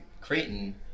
Creighton